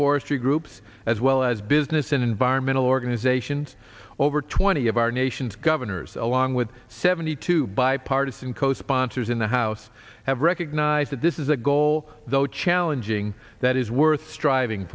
forestry groups as well as business and environmental organizations over twenty of our nation's governors along with seventy two bipartisan co sponsors in the house have recognized that this is a goal though challenging that is worth striving